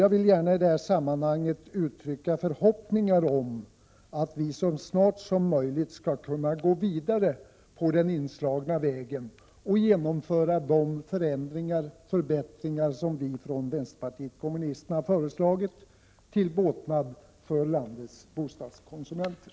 Jag vill i det här sammanhanget gärna uttrycka förhoppningen att vi så snart som möjligt skall kunna gå vidare på den inslagna vägen och genomföra de förändringar och förbättringar som vi från vänsterpartiet kommunisterna har föreslagit, till båtnad för landets bostadskonsumenter.